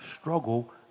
struggle